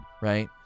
right